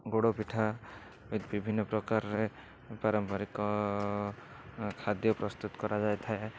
ପୋଡ଼ ପିଠା ବିଭିନ୍ନ ପ୍ରକାରରେ ପାରମ୍ପରିକ ଖାଦ୍ୟ ପ୍ରସ୍ତୁତ କରାଯାଇଥାଏ